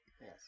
Yes